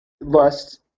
lust